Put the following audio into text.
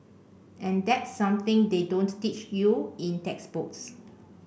and that's something they don't teach you in textbooks